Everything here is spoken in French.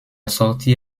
sortie